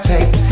Take